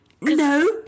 No